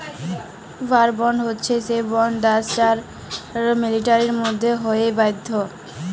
war bond হচ্যে সে bond দ্যাশ আর মিলিটারির মধ্যে হ্য়েয় থাক্যে